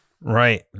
Right